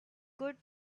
could